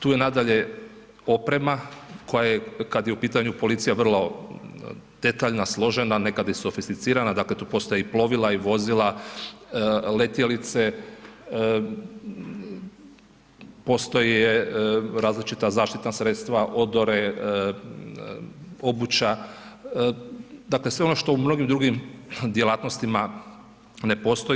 Tu je nadalje oprema koja je kad je u pitanju policija vrlo detaljna, složena, nekad i sofisticirana, dakle tu postoje i plovila i vozila, letjelice, postoje različita zaštitna sredstava odore, obuća, dakle sve ono što u mnogim drugim djelatnosti ne postoji.